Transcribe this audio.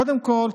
קודם כול,